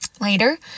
Later